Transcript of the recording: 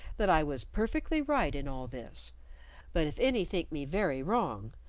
that i was perfectly right in all this but if any think me very wrong,